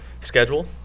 schedule